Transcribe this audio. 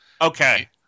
Okay